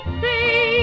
see